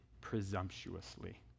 presumptuously